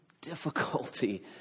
difficulty